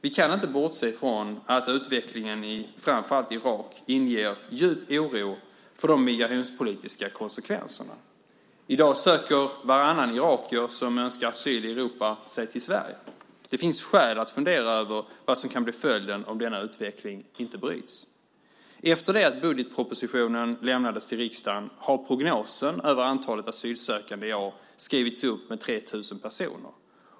Vi kan inte bortse ifrån att utvecklingen i framför allt Irak inger djup oro för de migrationspolitiska konsekvenserna. Varannan irakier som önskar asyl i Europa i dag söker sig till Sverige. Det finns skäl att fundera över vad som kan bli följden om denna utveckling inte bryts. Efter det att budgetpropositionen lämnades till riksdagen har prognosen över antalet asylsökande i år skrivits upp med 3 000 personer.